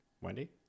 Wendy